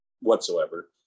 whatsoever